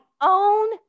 own